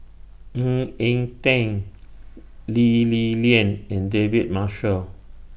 Ng Eng Teng Lee Li Lian and David Marshall